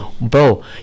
Bro